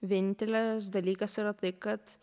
vienintelis dalykas yra tai kad